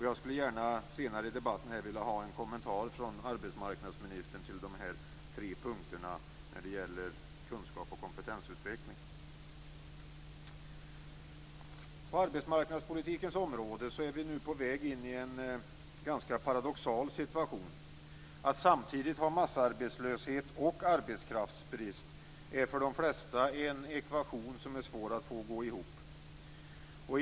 Jag skulle gärna vilja ha en kommentar från arbetsmarknadsministern till dessa punkter när det gäller kunskap och kompetensutveckling. På arbetsmarknadspolitikens område är vi på väg in i en ganska paradoxal situation. Att samtidigt ha massarbetslöshet och arbetskraftsbrist är för de flesta en ekvation som är svår att få att gå ihop.